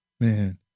Man